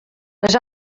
les